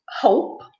hope